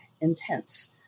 intense